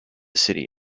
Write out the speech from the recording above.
city